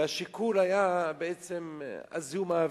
והשיקול היה בעצם זיהום האוויר.